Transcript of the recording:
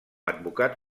advocat